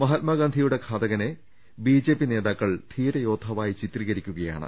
ഹാമത്മാഗാന്ധിയുടെ ഘാതകനെ B J P നേതാക്കൾ ധീരയോദ്ധാവായി ചിത്രീകരിക്കുകയാണ്